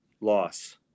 loss